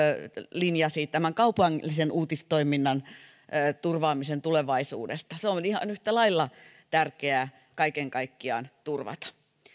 linjasi tämän kaupallisen uutistoiminnan turvaamisen tulevaisuudessa se on ihan yhtä lailla tärkeää kaiken kaikkiaan turvata